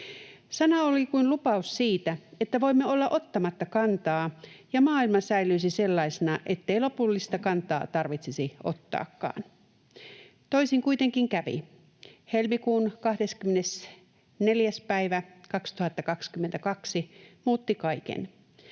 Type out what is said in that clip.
Sana oli kuin lupaus siitä, että voimme olla ottamatta kantaa ja maailma säilyisi sellaisena, ettei lopullista kantaa tarvitsisi ottaakaan. Toisin kuitenkin kävi. Helmikuun 24. päivä 2022 muutti kaiken.